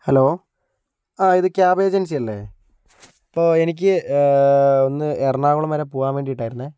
hello ആ ഇത് cab agency അല്ലേ അപ്പൊ എനിക്ക് ഒന്ന് എറണാകുളം വരെ പോകാൻ വേണ്ടീട്ടായിരുന്നു